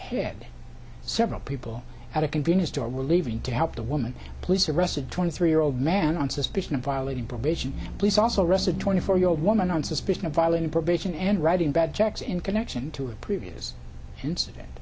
head several people at a convenience store were leaving to help the woman police arrested a twenty three year old man on suspicion of violating probation police also rest a twenty four year old woman on suspicion of violating probation and writing bad checks in connection to a previous incident